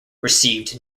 received